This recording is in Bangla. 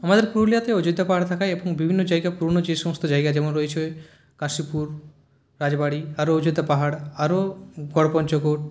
আমাদের পুরুলিয়াতে অযোধ্যা পাহাড় থাকায় বিভিন্ন জায়গায় পুরনো যে সমস্ত জায়গা যেমন রয়েছে কাশীপুর রাজবাড়ি আরো অযোধ্যা পাহাড় আরো গড়পঞ্চকোট